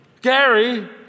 Gary